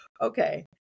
okay